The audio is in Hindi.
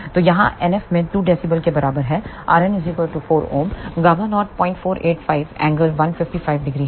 तो यहां NFmin 2 db के बराबर है rn 4Ω Γ0 0485 ∟155º है